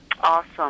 Awesome